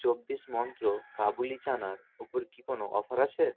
চব্বিশ মন্ত্র কাবুলি চানার ওপর কি কোনো অফার আছে